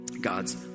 God's